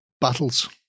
battles